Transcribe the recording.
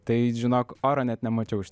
tai žinok oro net nemačiau iš